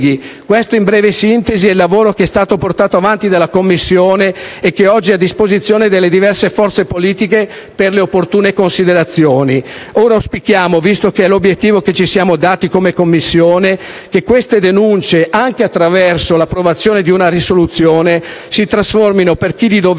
questo in breve sintesi è il lavoro che è stato portato avanti dalla Commissione e che oggi è a disposizione delle diverse forze politiche per le opportune considerazioni. Ora auspichiamo, visto che è l'obiettivo che ci siamo dati come Commissione, che queste denunce, anche attraverso l'approvazione di una risoluzione, si trasformino per chi di dovere